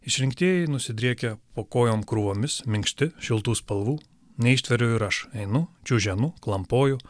išrinktieji nusidriekę po kojom krūvomis minkšti šiltų spalvų neištvėriu ir aš einu čiuženu klampoju